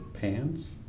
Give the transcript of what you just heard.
pants